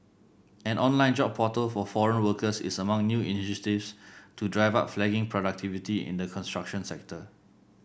an online job portal for foreign workers is among new initiatives to drive up flagging productivity in the construction sector